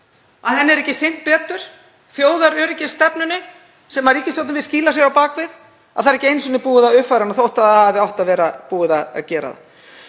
að henni er ekki sinnt betur, þjóðaröryggisstefnunni sem ríkisstjórnin skýlir sér á bak við, að það er ekki einu sinni búið að uppfæra hana þótt það hafi átt að vera búið að gera það?